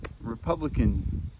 Republican